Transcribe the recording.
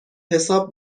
حساب